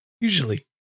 usually